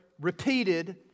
repeated